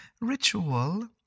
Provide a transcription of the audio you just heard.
Ritual